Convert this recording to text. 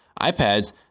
iPads